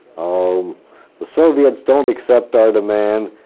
um the soviets don't accept our demand.